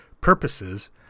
purposes